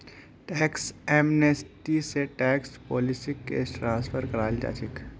tax amnesty स tax पुलिसक case transfer कराल जा छेक